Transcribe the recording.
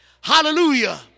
Hallelujah